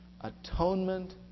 Atonement